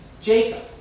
Jacob